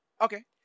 okay